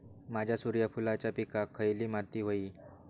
माझ्या सूर्यफुलाच्या पिकाक खयली माती व्हयी?